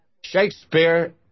Shakespeare